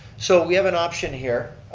so we have an option here.